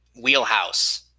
Wheelhouse